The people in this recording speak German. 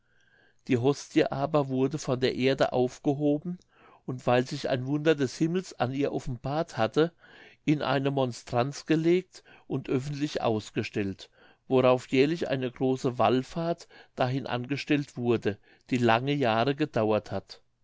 die hostie aber wurde von der erde aufgehoben und weil sich ein wunder des himmels an ihr offenbart hatte in eine monstranz gelegt und öffentlich ausgestellt worauf jährlich eine große wallfahrt dahin angestellt wurde die lange jahre gedauert hat